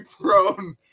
prone